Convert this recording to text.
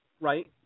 Right